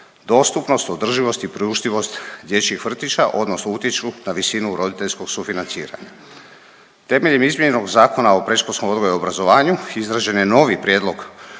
dostupnost, održivost i priuštivost dječjih vrtića odnosno utječu na visinu roditeljskog sufinanciranja. Temeljem izmijenjenog Zakona o predškolskom odgoju i obrazovanju izrađen je novi Prijedlog